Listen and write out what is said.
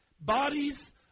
bodies